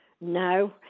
No